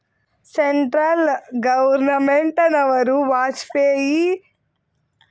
Central ಗವರ್ನಮೆಂಟನವರು ವಾಜಪೇಯಿ ಹೇಸಿರಿನಾಗ್ಯಾ scheme ಬಿಟ್ಟಾರಂತಲ್ಲ ಅದರ ಬಗ್ಗೆ ಸ್ವಲ್ಪ ಮಾಹಿತಿ ಕೊಡ್ರಿ?